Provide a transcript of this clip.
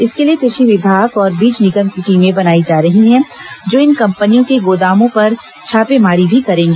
इसके लिए कृषि विभाग और बीज निगम की टीमें बनाई जा रही हैं जो इन कंपनियों के गोदामों पर छापेमारी भी करेगी